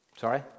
Sorry